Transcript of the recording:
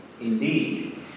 Indeed